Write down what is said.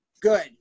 Good